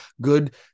good